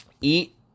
eat